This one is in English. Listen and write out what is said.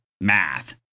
math